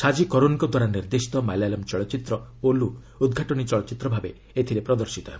ଶାଜି କରୁନ୍ଙ୍କଦ୍ୱାରା ନିର୍ଦ୍ଦେଶିତ ମାଲାୟଲମ୍ ଚଳଚ୍ଚିତ୍ର ଓଲୁ ଉଦ୍ଘାଟନୀ ଚଳଚ୍ଚିତ୍ର ଭାବେ ଏଥିରେ ପ୍ରଦର୍ଶିତ ହେବ